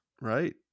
Right